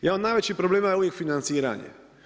Jedan od najvećih problema je uvijek financiranje.